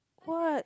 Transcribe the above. what